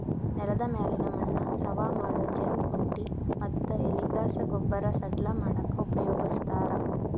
ನೆಲದ ಮ್ಯಾಲಿನ ಮಣ್ಣ ಸವಾ ಮಾಡೋ ಜಂತ್ ಕುಂಟಿ ಮತ್ತ ಎಲಿಗಸಾ ಗೊಬ್ಬರ ಸಡ್ಲ ಮಾಡಾಕ ಉಪಯೋಗಸ್ತಾರ